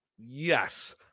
Yes